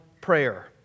prayer